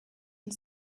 and